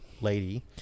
lady